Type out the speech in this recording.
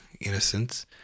innocence